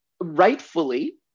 rightfully